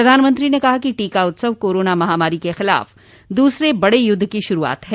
प्रधानमंत्री ने कहा कि टीका उत्सव कोरोना महामारी के खिलाफ दूसरे बडे युद्ध की शुरूआत है